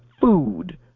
food